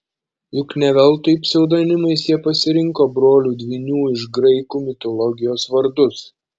juk ne veltui pseudonimais jie pasirinko brolių dvynių iš graikų mitologijos vardus